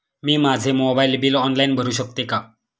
मी माझे mobile bill online भरू शकते का?